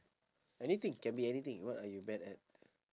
anything can be anything what are you bad at